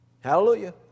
Hallelujah